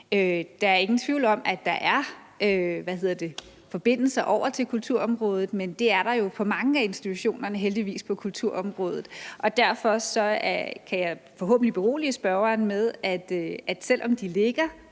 Der er ingen tvivl om, at der er forbindelser over til kulturområdet, men det er der jo heldigvis for mange af institutionerne på kulturområdet. Derfor kan jeg forhåbentlig berolige spørgeren med at sige,